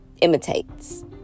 imitates